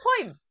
point